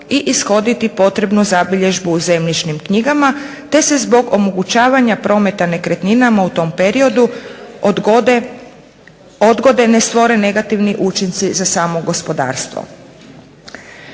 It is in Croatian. i ishoditi potrebnu zabilježbu u zemljišnim knjigama te se zbog omogućavanja prometa nekretninama u tom periodu odgode ne stvore negativni učinci za samo gospodarstvo.